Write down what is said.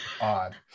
odd